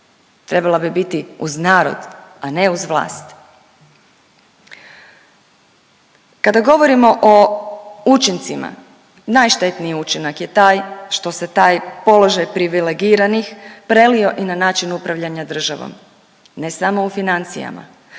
trebala bi biti uz narod, a ne uz vlast. Kada govorimo o učincima najštetniji učinak je taj što se taj položaj privilegiranih prelio i na način upravljanja državom ne samo u financijama.